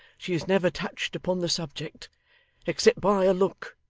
she has never touched upon the subject except by a look.